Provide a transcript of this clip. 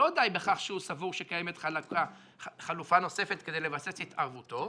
לא די בכך שהוא סבור שקיימת חלופה נוספת כדי לבסס התערבותו.